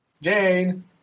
Jane